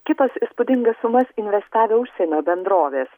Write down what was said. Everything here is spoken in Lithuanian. kitos įspūdingas sumas investavę užsienio bendrovės